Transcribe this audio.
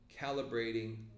calibrating